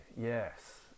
yes